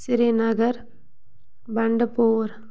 Srinagar Bandipora